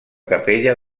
capella